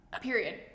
Period